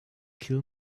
kill